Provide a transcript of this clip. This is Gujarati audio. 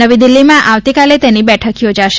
નવી દિલ્હીમાં આવતીકાલે તેની બેઠક યોજાશે